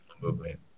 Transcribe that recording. movement